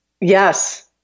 Yes